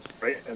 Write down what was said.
right